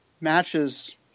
matches